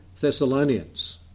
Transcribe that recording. Thessalonians